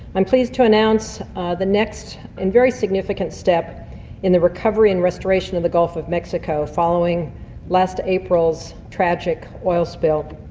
i'm pleased to announce ah the next and very significant step in the recovery and restoration of the gulf of mexico following last april's tragic oil spill.